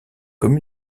comme